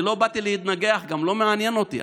אני לא באתי להתנגח, לא מעניין אותי.